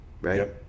right